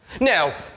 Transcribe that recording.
Now